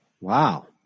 Wow